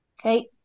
Okay